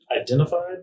identified